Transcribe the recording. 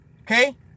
Okay